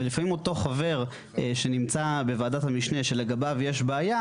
ולפעמים אותו חבר שנמצא בוועדת המשנה שלגביו יש בעיה,